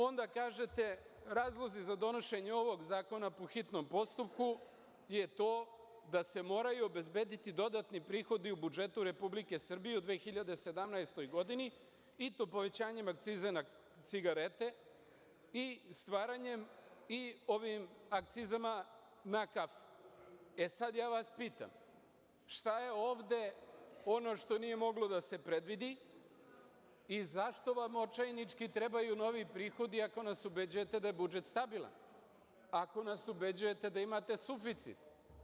Onda kažete, razlozi za donošenje ovog zakona po hitnom postupku je to da se moraju obezbediti dodatni prihodi u budžetu Republike Srbije u 2017. godini i to povećanjem akciza na cigarete i stvaranjem, i ovim akcizama na kafu, E, sada vas pitam – šta je ovde ono što nije moglo da se predvidi i zašto vam očajnički trebaju novi prihodi ako nas ubeđujete da je budžet stabilan, ako nas ubeđujete da imate suficit?